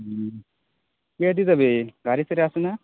কিহেদি যাবি গাড়ী চাৰি আছে না